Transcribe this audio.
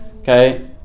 Okay